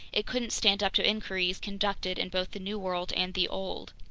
it couldn't stand up to inquiries conducted in both the new world and the old.